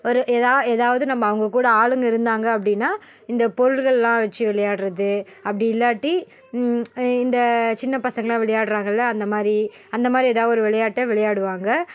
ஒரு எதா எதாவது நம்ம அவங்கக்கூட ஆளுங்க இருந்தாங்க அப்படினா இந்த பொருள்கள்லாம் வச்சு விளையாடுறது அப்படி இல்லாட்டி இந்த சின்னப் பசங்கள்லாம் விளையாடுறாங்கள்ல அந்த மாதிரி அந்த மாதிரி எதா ஒரு விளையாட்டை விளையாடுவாங்க